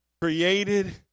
created